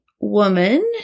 woman